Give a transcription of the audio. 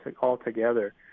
altogether